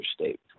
state